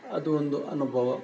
ಅದು ಒಂದು ಅನುಭವ